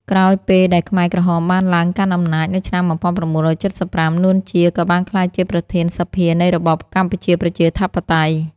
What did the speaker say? ក្រោយពេលដែលខ្មែរក្រហមបានឡើងកាន់អំណាច នៅឆ្នាំ១៩៧៥ នួន ជា ក៏បានក្លាយជាប្រធានសភានៃរបបកម្ពុជាប្រជាធិបតេយ្យ។